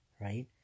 right